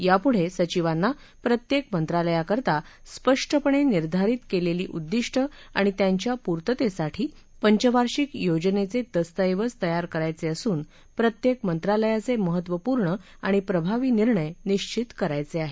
यापुढे सचिवांना प्रत्येक मंत्रालयाकरता स्पष्टपणे निर्धारित केलेली उद्दिष्टं आणि त्यांच्या पूर्ततेसाठी पंचवार्षिक योजनेचे दस्तऐवज तयार करायचे असून प्रत्येक मंत्रालयाचे महत्त्वपूर्ण आणि प्रभावी निर्णय निश्चित करायचे आहेत